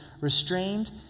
restrained